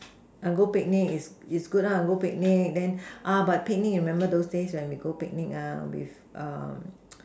err go picnic is is good lah go picnic and then but picnic remember those days when we go picnic ah with um